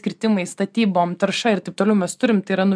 kirtimais statybom tarša ir taip toliau mes turim tai yra